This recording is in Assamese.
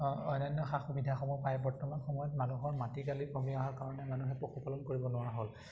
অন্যান্য সা সুবিধাসমূহ পায় বৰ্তমান সময়ত মানুহৰ মাটিকালি কমি অহাৰ কাৰণে মানুহে পশুপালন কৰিব নোৱাৰা হ'ল